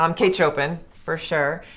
um kate chopin, for sure.